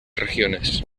regiones